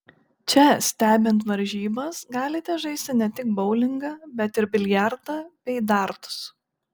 čia stebint varžybas galite žaisti ne tik boulingą bet ir biliardą bei dartus